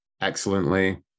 excellently